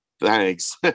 Thanks